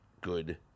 good